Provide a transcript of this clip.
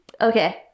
okay